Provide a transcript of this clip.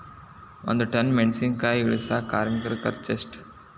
ಒಂದ್ ಟನ್ ಮೆಣಿಸಿನಕಾಯಿ ಇಳಸಾಕ್ ಕಾರ್ಮಿಕರ ಖರ್ಚು ಎಷ್ಟು?